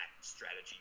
strategy